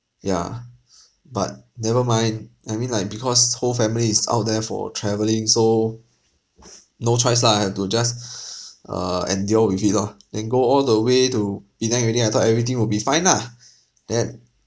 yeah but never mind I mean like because whole family is out there for travelling so no choice lah I have to just uh endure with it lor then go all the way to penang already I thought everything will be fine lah then